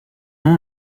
nom